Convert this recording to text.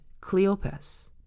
Cleopas